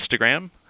Instagram